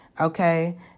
Okay